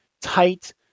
tight